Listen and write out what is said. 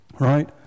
right